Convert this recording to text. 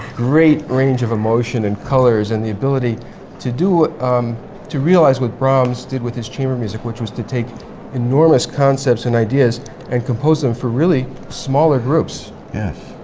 great range of emotion and colors and the ability to do to realize what brahms did with his chamber music, which was to take enormous concepts and ideas and compose them for really smaller groups. yes,